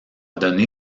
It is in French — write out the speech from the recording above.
donné